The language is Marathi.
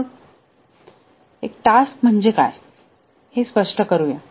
पण मग एक टास्क म्हणजे काय हे स्पष्ट करूया